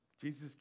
Jesus